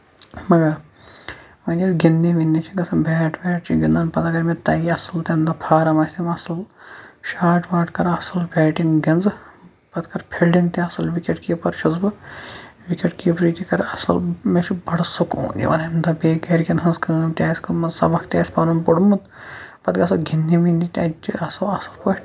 مَگر وۅنۍ ییٚلہِ گِنٛدنہِ وِنٛدنہِ چھِ گژھان بیٹ ویٹ چھِ گِنٛدان پَتہٕ ییٚلہِ مےٚ تَگہِ اَصٕل تَمہِ دۄہ فارَم آسیم اَصٕل شاٹ واٹ کرٕ اَصٕل بیٹِنگ گِنٛزٕ پَتہٕ کرٕ فیٖلڈِنٛگ تہِ اَصٕل وِکیٹ کیٖپر چھُس بہٕ وِکیٹ کیٖپری تہِ کرِ اَصٕل مےٚ چھُ بَڈٕ سکوٗن یِوان اَمہِ دۄہ بیٚیہِ گرِ کیٚن ہٕنٛز کٲم تہِ آسہِ کٔرمٕژ سَبق تہِ آسہِ پَنُن پوٚرمُت پَتہٕ گژھو گِنٛدنہِ وِنٛدنہِ تَتہِ تہِ آسو اَصٕل پٲٹھۍ